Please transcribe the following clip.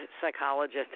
psychologist